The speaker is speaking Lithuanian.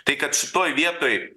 tai kad šitoj vietoj